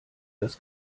das